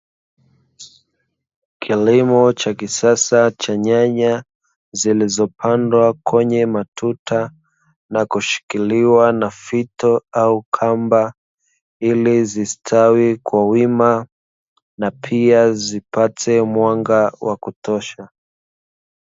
Kilimo cha kisasa cha nyanya zilizopandwa kwenye matuta na kushikiliwa na fito au kamba ili zistawi kwa wima na pia zipate mwanga wakutosha.